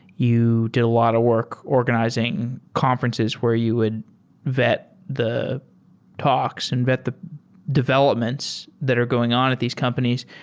you did a lot of work organizing conferences where you would vet the talks and vet the developments that are going on at these companies.